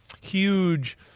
huge